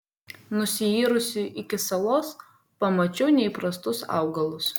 nusiyrusi iki salos pamačiau neįprastus augalus